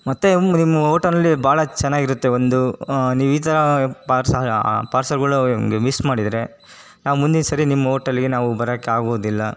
ಮತ್ತು ನಿಮ್ಮ ಓಟಲ್ನಲ್ಲಿ ಭಾಳ ಚೆನ್ನಾಗಿರುತ್ತೆ ಒಂದು ನೀವು ಈ ಥರ ಪಾರ್ಸೆಲ್ಗಳು ಮಿಸ್ ಮಾಡಿದರೆ ನಾವು ಮುಂದಿನ ಸರಿ ನಿಮ್ಮ ಓಟೆಲ್ಲಿಗೆ ನಾವು ಬರೋಕ್ಕೆ ಆಗೋದಿಲ್ಲ